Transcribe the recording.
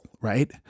right